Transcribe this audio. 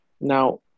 Now